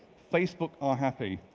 facebook are happy.